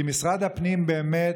כי משרד הפנים באמת,